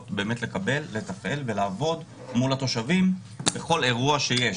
לטפל ולעבוד מול התושבים בכל אירוע שיש.